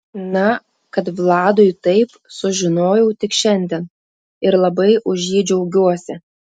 na kad vladui taip sužinojau tik šiandien ir labai už jį džiaugiuosi